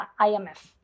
IMF